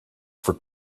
for